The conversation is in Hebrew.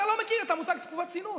אתה לא מכיר את המושג "תקופת צינון",